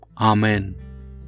Amen